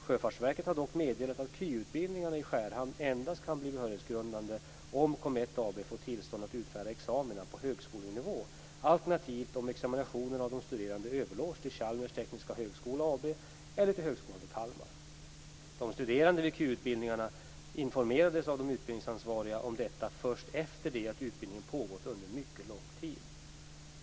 Sjöfartsverket har dock meddelat att KY utbildningarna i Skärhamn endast kan bli behörighetsgrundande om Comet AB får tillstånd att utfärda examina på högskolenivå, alternativt om examinationen av de studerande överlåts till Chalmers tekniska högskola AB eller till Högskolan i Kalmar. De studerande vid KY-utbildningarna informerades av de utbildningsansvariga om detta först efter det att utbildningen pågått under mycket lång tid.